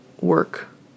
work